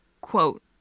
Quote